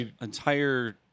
entire